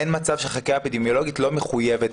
אין מצב שהחקירה האפידמיולוגית לא מחויבת.